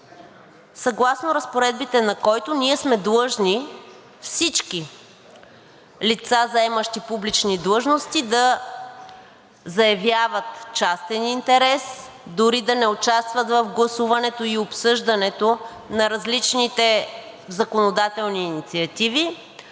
съгласно разпоредбите на който ние сме длъжни – всички лица, заемащи публични длъжности, да заявяват частен интерес, дори да не участват в обсъждането и гласуването на различните законодателни инициативи,